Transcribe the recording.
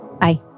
Bye